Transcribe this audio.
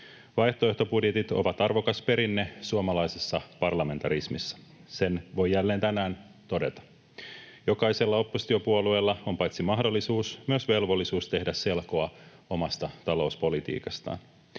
Vaihtoehtobudjetit ovat arvokas perinne suomalaisessa parlamentarismissa, sen voi jälleen tänään todeta. Jokaisella oppositiopuolueella on paitsi mahdollisuus myös velvollisuus tehdä selkoa omasta talouspolitiikastaan.